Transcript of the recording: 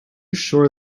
sure